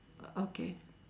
uh okay